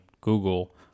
google